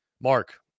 Mark